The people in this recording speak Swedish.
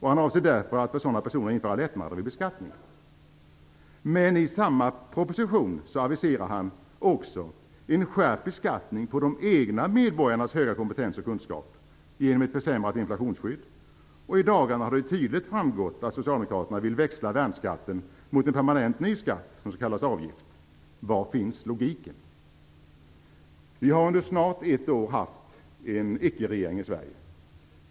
Han avser därför att för sådana personer införa lättnader vid beskattningen. Men i samma proposition aviserar han också en skärpt beskattning på de egna medborgarnas höga kompetens och kunskap genom ett försämrat inflationsskydd, och i dagarna har det tydligt framgått att Socialdemokraterna vill växla värnskatten mot en permanent ny skatt som skall kallas avgift. Var finns logiken? Vi har under snart ett år haft en icke-regering i Sverige.